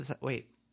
Wait